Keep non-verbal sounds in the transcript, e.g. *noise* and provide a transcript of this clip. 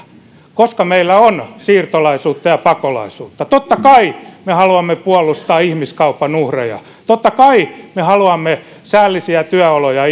koska meillä on siirtolaisuutta ja pakolaisuutta totta kai me haluamme puolustaa ihmiskaupan uhreja totta kai me haluamme säällisiä työoloja *unintelligible*